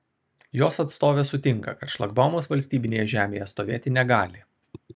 jos atstovė sutinka kad šlagbaumas valstybinėje žemėje stovėti negali